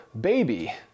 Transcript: baby